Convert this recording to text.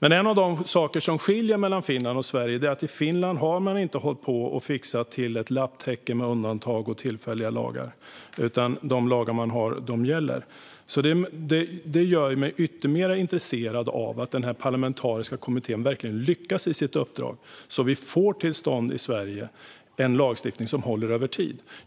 En av de saker som skiljer mellan Finland och Sverige är dock att man i Finland inte har hållit på och fixat till ett lapptäcke med undantag och tillfälliga lagar, utan de lagar man har gäller. Det gör mig ytterligare intresserad av att denna parlamentariska kommitté verkligen ska lyckas i sitt uppdrag, så att vi får till stånd en lagstiftning i Sverige som håller över tid.